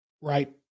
right